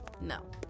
no